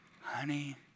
honey